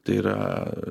tai yra